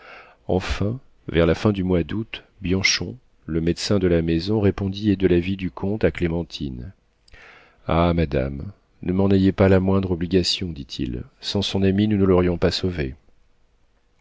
enfin vers la fin du mois d'août bianchon le médecin de la maison répondit de la vie du comte à clémentine ah madame ne m'en ayez pas la moindre obligation dit-il sans son ami nous ne l'aurions pas sauvé